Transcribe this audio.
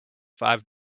five